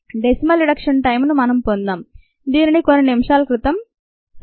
"decimal reduction time" ను మనం పొందాం దీనిని కొన్ని నిమిషాల క్రితం సమీక్షించాం 2